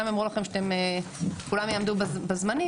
גם אם אמרו לכם שאתם, כולם יעמדו בזמנים.